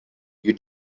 you